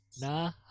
Nah